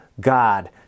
God